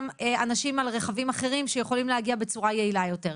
אנשים על רכבים אחרים שיכולים להגיע בצורה יעילה יותר.